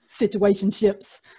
situationships